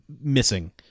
missing